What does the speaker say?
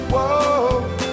Whoa